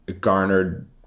garnered